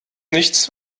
nichts